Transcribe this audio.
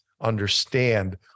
understand